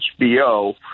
HBO